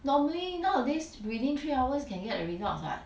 normally nowadays within three hours can get results [what]